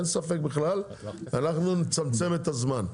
אין ספק בכלל אנחנו נצמצם את הזמן.